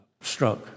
struck